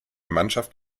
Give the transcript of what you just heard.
mannschaft